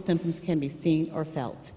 symptoms can be seen or felt